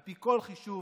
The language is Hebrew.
על פי כל חישוב